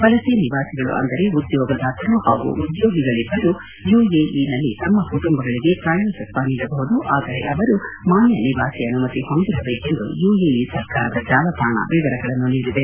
ವಲಸೆ ನಿವಾಸಿಗಳು ಅಂದರೆ ಉದ್ಯೋಗದಾತರು ಹಾಗೂ ಉದ್ಯೋಗಿಗಳಿಬ್ಬರೂ ಯುಎಇ ನಲ್ಲಿ ತಮ್ಮ ಕುಟುಂಬಗಳಿಗೆ ಪ್ರಾಯೋಜತ್ವ ನೀಡಬಹುದು ಆದರೆ ಅವರು ಮಾನ್ಯ ನಿವಾಸಿ ಅನುಮತಿ ಹೊಂದಿರಬೇಕೆಂದು ಯುಎಇ ಸರ್ಕಾರದ ಜಾಲತಾಣ ವಿವರಗಳನ್ನು ನೀಡಿದೆ